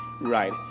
right